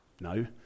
No